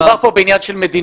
מדובר כאן בעניין של מדיניות.